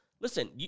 listen